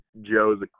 Joe's